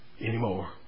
anymore